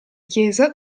chiesa